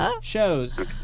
shows